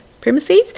premises